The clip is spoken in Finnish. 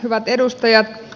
hyvät edustajat